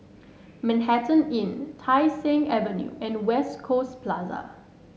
Manhattan Inn Tai Seng Avenue and West Coast Plaza